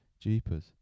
jeepers